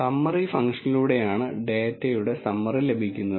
summary ഫങ്ക്ഷനിലൂടെയാണ് ഡാറ്റയുടെ summary ലഭിക്കുന്നത്